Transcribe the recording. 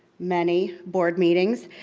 many board meetings,